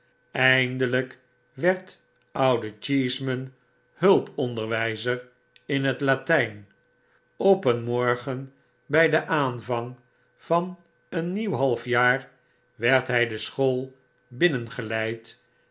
eindelyk werd oude cheeseman hulponderwijzer in het latyn op een morgen bij den aanvang van een nieuw half jaar werd hy de school